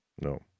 No